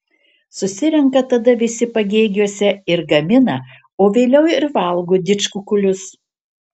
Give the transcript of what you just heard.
susirenka tada visi pagėgiuose ir gamina o vėliau ir valgo didžkukulius